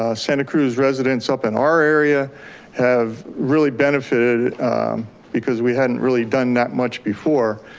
ah santa cruz residents up in our area have really benefited because we hadn't really done that much before.